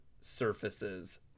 surfaces